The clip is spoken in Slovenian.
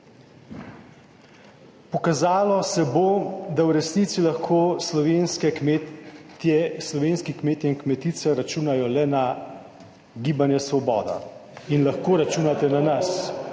Pokazalo se bo, da v resnici lahko slovenski kmetje in kmetice računajo le na gibanje Svoboda in lahko računate na nas.